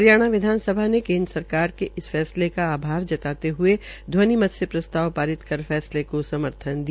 हरियाणा विधानसभा ने केन्द्र सरकार के इस फैसले का आभार जताते हये घ्वनिमत से प्रभावित पारित कर फैसले को समर्थन दिया